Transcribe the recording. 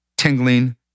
tingling